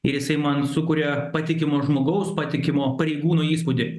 ir jisai man sukuria patikimo žmogaus patikimo pareigūno įspūdį